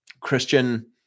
Christian